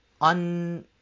on